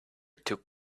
took